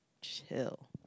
chill